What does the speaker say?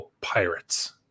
pirates